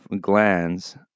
glands